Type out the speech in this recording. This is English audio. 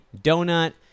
Donut